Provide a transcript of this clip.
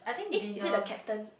eh is it the captain